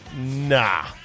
nah